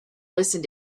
listen